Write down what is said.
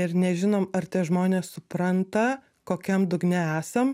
ir nežinom ar tie žmonės supranta kokiam dugne esam